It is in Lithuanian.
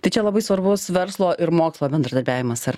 tai čia labai svarbus verslo ir mokslo bendradarbiavimas ar